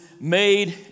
made